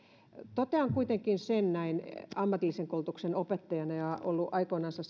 totean kuitenkin sen näin ammatillisen koulutuksen opettajana ja olen ollut silloin aikoinansa